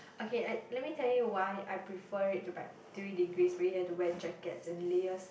okay I let me tell you why I prefer it to by three degrees where you have to wear jackets and layers